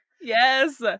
Yes